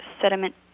sediment